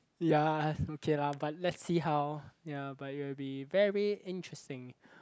ya okay lah but let's see how ya but it will be very interesting